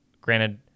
granted